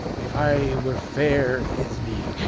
if i were fair, thisby,